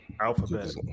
Alphabet